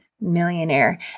millionaire